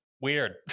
weird